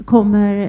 Kommer